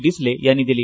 डिसले यांनी दिली